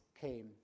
came